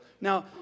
Now